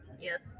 Yes